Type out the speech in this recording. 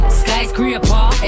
skyscraper